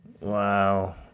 Wow